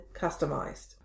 customized